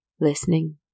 Listening